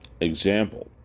Example